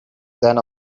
than